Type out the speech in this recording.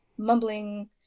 mumbling